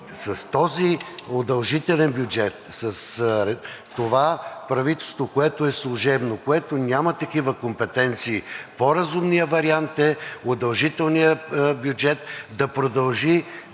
с този удължителен бюджет, с това правителство, което е служебно, което няма такива компетенции, по-разумният вариант е удължителният бюджет да продължи